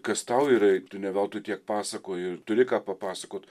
kas tau yra juk tu ne veltui tiek pasakoji ir turi ką papasakot